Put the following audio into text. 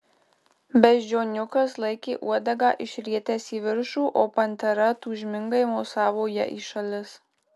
beždžioniukas laikė uodegą išrietęs į viršų o pantera tūžmingai mosavo ja į šalis